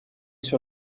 sur